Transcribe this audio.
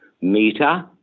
meter